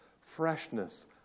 freshness